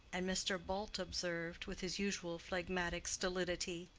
and mr. bult observed, with his usual phlegmatic stolidity,